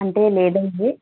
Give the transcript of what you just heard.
అంటే లేదండీ